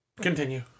Continue